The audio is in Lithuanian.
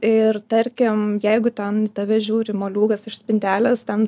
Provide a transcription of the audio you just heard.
ir tarkim jeigu ten į tave žiūri moliūgas iš spintelės ten